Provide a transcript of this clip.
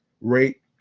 rate